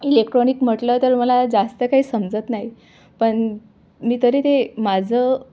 electronic म्हटलं तर मला जास्त काही समजत नाही पण मी तरी ते माझं